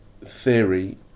theory